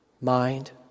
mind